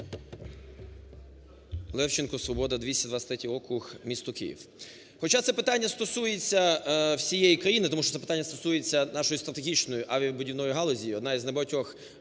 Левченко, "Свобода", 223 округ, місто Київ. Хоча це питання стосується всієї країни, тому що це питання стосується нашої стратегічної авіабудівної галузі, одна із небагатьох